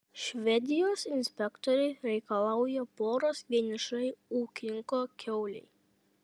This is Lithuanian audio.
švedijos inspektoriai reikalauja poros vienišai ūkininko kiaulei